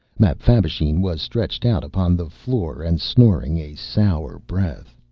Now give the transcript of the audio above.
mapfabvisheen was stretched out upon the floor and snoring a sour breath.